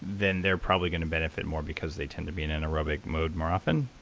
then they're probably going to benefit more because they tend to be in an aerobic mode more often?